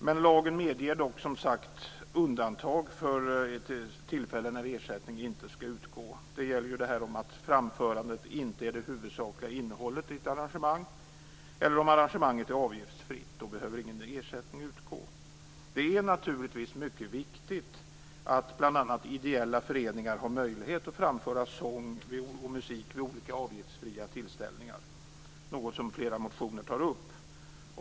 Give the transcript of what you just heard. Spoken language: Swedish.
Men lagen medger dock som sagt undantag för tillfällen när ersättning inte skall utgå. Det gäller detta att framförandet inte är det huvudsakliga innehållet i ett arrangemang eller om arrangemanget är avgiftsfritt, då ingen ersättning behöver utgå. Det är naturligtvis mycket viktigt att bl.a. ideella föreningar har möjlighet att framföra sång och musik vid olika avgiftsfria tillställningar - något som flera motioner tar upp.